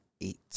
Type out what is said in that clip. eight